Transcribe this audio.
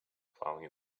plowing